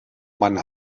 man